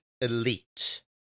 elite